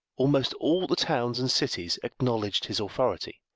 almost all the towns and cities acknowledged his authority,